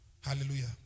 Hallelujah